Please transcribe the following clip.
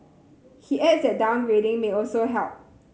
he adds that downgrading may also help